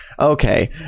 okay